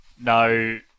no